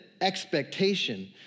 expectation